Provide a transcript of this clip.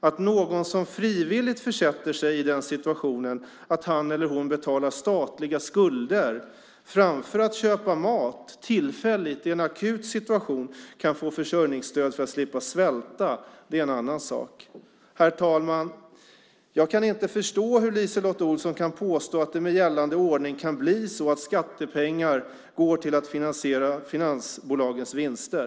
Att någon som frivilligt försätter sig i situationen att han eller hon betalar statliga skulder framför att köpa mat tillfälligt i en akut situation kan få försörjningsstöd för att slippa svälta är en annan sak. Herr talman! Jag kan inte förstå hur LiseLotte Olsson kan påstå att det med gällande ordning kan bli så att skattepengar går till att finansiera finansbolagens vinster.